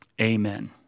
Amen